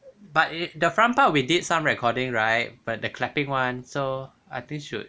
but the front part we did some recording right but the clapping one so I think should